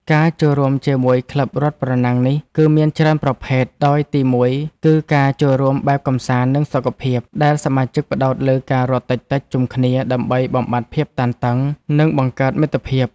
ការចូលរួមជាមួយក្លឹបរត់ប្រណាំងនេះ គឺមានច្រើនប្រភេទ ដោយទីមួយគឺការចូលរួមបែបកម្សាន្ត និងសុខភាព ដែលសមាជិកផ្តោតលើការរត់តិចៗជុំគ្នាដើម្បីបំបាត់ភាពតានតឹង និងបង្កើតមិត្តភាព។